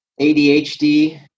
ADHD